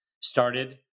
started